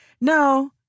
No